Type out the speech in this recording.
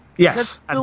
Yes